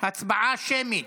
הצבעה שמית.